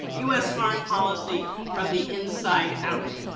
us foreign policy from the inside out.